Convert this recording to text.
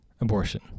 Abortion